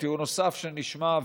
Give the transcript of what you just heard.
טיעון נוסף שנשמע,